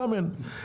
גם אין".